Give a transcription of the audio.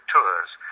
Tours